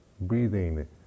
Breathing